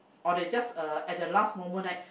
or they just uh at the last moment right